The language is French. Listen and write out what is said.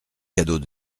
cadeaux